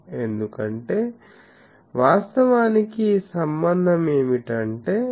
ఎందుకంటే వాస్తవానికి ఈ సంబంధం ఏమిటంటే 1cosθ2f